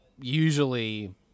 usually